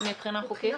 מבחינה חוקית,